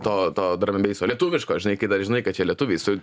to to drambeiso lietuviško žinai kai dar žinai kad čia lietuviai su